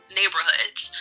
neighborhoods